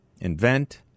invent